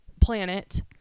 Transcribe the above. planet